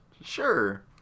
Sure